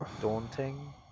Daunting